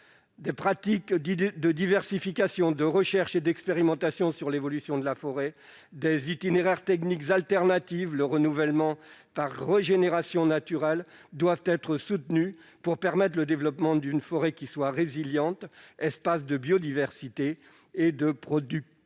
Des pratiques de diversification, de recherche et d'expérimentation sur l'évolution de la forêt, des itinéraires techniques alternatifs, le renouvellement par régénération naturelle doivent être soutenus pour permettre le développement d'une forêt résiliente, espace de biodiversité et de production